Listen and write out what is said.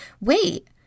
wait